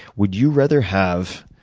would you rather have,